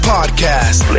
Podcast